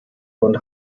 und